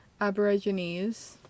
Aborigines